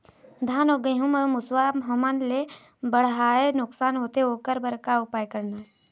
धान अउ गेहूं म मुसवा हमन ले बड़हाए नुकसान होथे ओकर बर का उपाय करना ये?